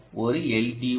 ஓ ஒரு எல்